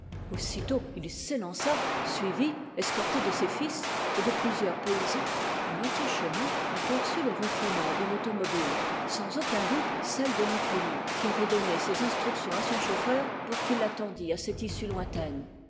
aussitôt il s'élança suivi escorté de ses fils et de plusieurs paysans à moitié chemin on perçut le ronflement d'une automobile sans aucun doute celle de l'inconnu qui avait donné ses instructions à son chauffeur pour qu'il l'attendît à cette issue lointaine